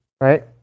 right